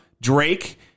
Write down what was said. Drake